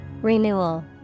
Renewal